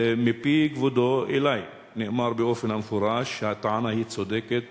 ומפי כבודו, אלי, נאמר באופן מפורש שהטענה צודקת.